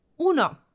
Uno